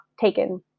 taken